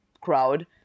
crowd